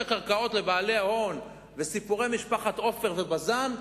הקרקעות לבעלי ההון וסיפורי משפחת עופר ובז"ן,